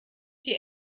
die